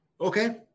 Okay